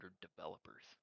developers